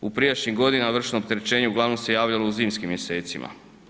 U prijašnjim godinama vršno opterećenje uglavnom se javljalo u zimskim mjesecima.